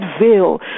veil